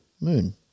moon